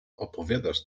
opowiadasz